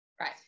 right